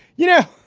you know,